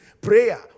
Prayer